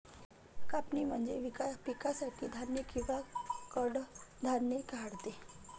कापणी म्हणजे पिकासाठी धान्य किंवा कडधान्ये काढणे